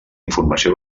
informació